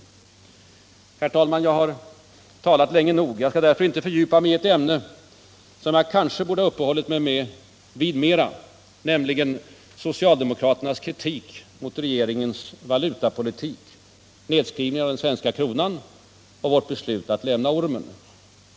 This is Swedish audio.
Herr talman! Jag har talat länge nog. Jag skall därför inte fördjupa mig i ett ämne som jag kanske borde ha uppehållit mig vid mera, nämligen socialdemokraternas kritik mot regeringens valutapolitik — nedskrivningen av den svenska kronan och vårt beslut att lämna ormen.